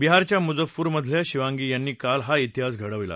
बिहारच्या मुजफुरमधल्या शिवांनी यांनी काल हा इतिहास घडवला